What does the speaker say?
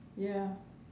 ya